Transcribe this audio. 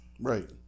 Right